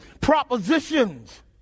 propositions